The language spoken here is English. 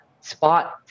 spot